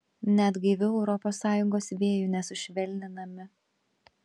net gaivių europos sąjungos vėjų nesušvelninami